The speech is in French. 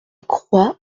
croix